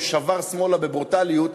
הוא שבר שמאלה בברוטליות,